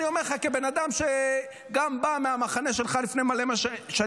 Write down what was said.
אני אומר לך כבן-אדם שגם בא מהמחנה שלך לפני מלא שנים